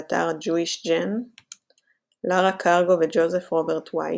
באתר JewishGen לארה קרגו וג'וזף רוברט וייט,